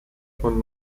von